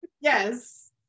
Yes